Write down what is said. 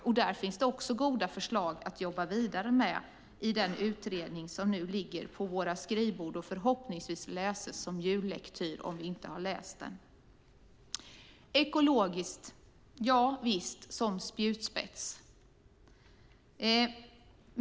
Det finns också goda förslag att jobba vidare med i den utredning som nu ligger på våra skrivbord och förhoppningsvis läses som jullektyr om vi inte har läst den. Det ekologiska kan vara en spjutspets.